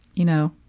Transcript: you know?